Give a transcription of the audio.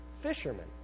fishermen